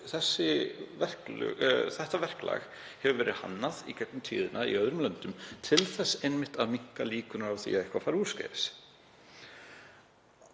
þetta verklag hefur verið hannað í gegnum tíðina í öðrum löndum til þess einmitt að minnka líkurnar á því að eitthvað fari úrskeiðis.